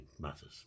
matters